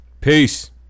Peace